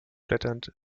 blätternd